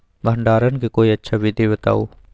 भंडारण के कोई अच्छा विधि बताउ?